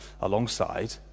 alongside